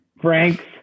Frank's